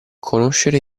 conoscere